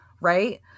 right